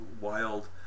wild